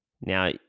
Now